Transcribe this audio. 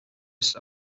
ist